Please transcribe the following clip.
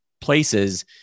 places